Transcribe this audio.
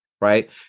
right